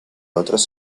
otros